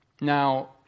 Now